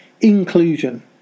inclusion